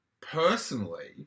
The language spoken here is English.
personally